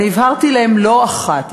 אני הבהרתי להם לא אחת,